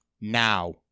Now